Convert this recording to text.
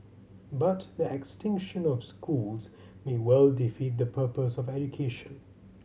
but the extinction of schools may well defeat the purpose of education